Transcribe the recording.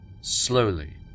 slowly